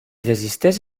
desisteix